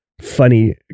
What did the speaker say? funny